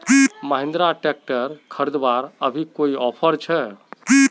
Mahindra tractor खरीदवार अभी कोई ऑफर छे?